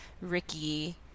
Ricky